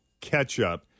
ketchup